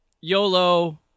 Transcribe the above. YOLO